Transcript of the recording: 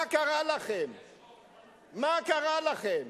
מה קרה לכם, מה קרה לכם?